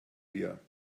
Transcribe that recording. wir